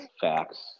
facts